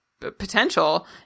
potential